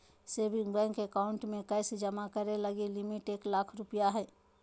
saving bank account में cash जमा करे लगी लिमिट एक लाख रु हइ